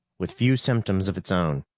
with few symptoms of its own.